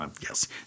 yes